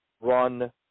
run